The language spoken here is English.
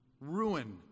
Ruin